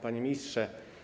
Panie Ministrze!